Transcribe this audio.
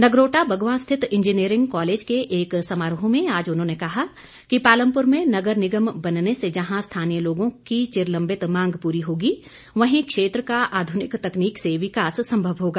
नगरोटा बगंवा स्थित engineering college के एक समारोह में आज उन्होंने कहा कि पालमपुर मे नगर निगम बनने से जहां स्थानीय लोगों की चिरलंबित मांग पूरी होगी वहीं क्षेत्र का आधुनिक तकनीक से विकास संभव होगा